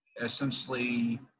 essentially